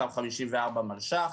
אותם 54 מיליון שקלים,